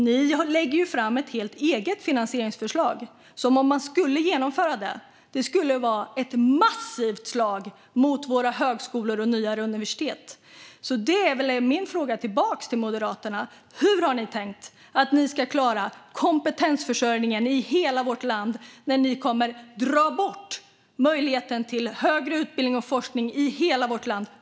Ni lägger ju fram ett helt eget finansieringsförslag. Om man skulle genomföra det skulle det vara ett massivt slag mot våra högskolor och nyare universitet. Det är väl min fråga tillbaka till Moderaterna: Hur har ni tänkt att ni ska klara kompetensförsörjningen i hela vårt land när ni kommer att dra bort möjligheten till högre utbildning och forskning i hela vårt land?